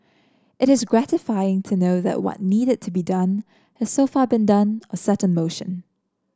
it is gratifying to know that what needed to be done has so far been done or set in motion